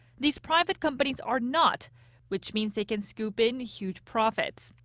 these private companies are not which means they can scoop in huge profits.